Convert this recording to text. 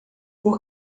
por